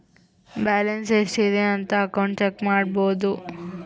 balance ಎಷ್ಟ್ ಇದೆ ಅಂತ ಅಕೌಂಟ್ ಚೆಕ್ ಮಾಡಬೋದು